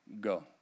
go